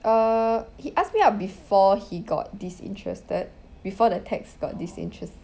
err he ask me out before he got disinterested before the text got disinteresting